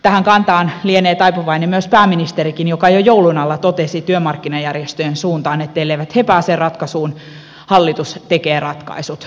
tähän kantaan lienee taipuvainen myös pääministeri joka jo joulun alla totesi työmarkkinajärjestöjen suuntaan että elleivät he pääse ratkaisuun hallitus tekee ratkaisut